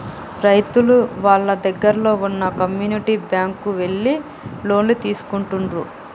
రైతులు వాళ్ళ దగ్గరల్లో వున్న కమ్యూనిటీ బ్యాంక్ కు ఎళ్లి లోన్లు తీసుకుంటుండ్రు